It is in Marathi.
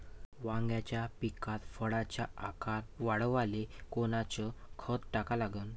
वांग्याच्या पिकात फळाचा आकार वाढवाले कोनचं खत टाका लागन?